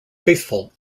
faithful